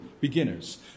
beginners